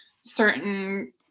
certain